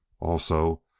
also,